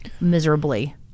miserably